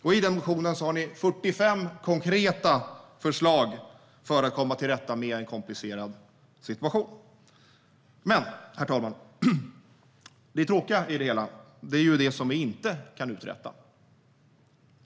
I den här motionen har ni 45 konkreta förslag för att komma till rätta med en komplicerad situation. Men, herr talman, det tråkiga i det hela är det som vi inte kan uträtta.